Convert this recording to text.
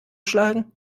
schlagen